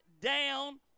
down